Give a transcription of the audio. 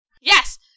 Yes